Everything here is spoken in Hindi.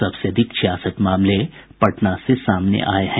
सबसे अधिक छियासठ मामले पटना से सामने आये हैं